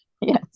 Yes